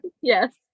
Yes